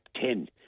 ten